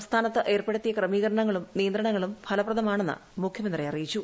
സംസ്ഥാനത്ത് ഏർപ്പെടുത്തിയ ക്രമീകരണങ്ങളും നിയന്ത്രണങ്ങളും ഫലപ്രദമാണെന്ന് മുഖ്യമന്ത്രി അറിയിച്ചു